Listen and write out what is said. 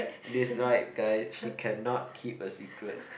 that's right guys she cannot keep a secret